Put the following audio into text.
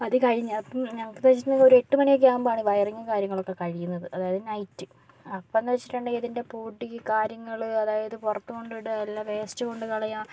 അത് കഴിഞ്ഞപ്പം അപ്പോഴെന്നുവെച്ചിട്ടുണ്ടെങ്കിൽ ഒരു എട്ടുമണിയൊക്കെ ആകുമ്പോഴാണ് ഈ വയറിങ്ങും കാര്യങ്ങളൊക്കെ കഴിയുന്നത് അതായത് നൈറ്റ് അപ്പോഴെന്നുവെച്ചിട്ടുണ്ടെങ്കിൽ അതിൻ്റെ പൊടി കാര്യങ്ങൾ അതായത് പുറത്ത് കൊണ്ടിടുക എല്ലാ വേസ്റ്റ് കൊണ്ട് കളയുക